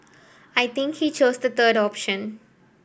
I think he chose the third option